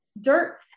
dirt